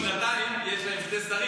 בכל שנתיים יש להם שני שופטים,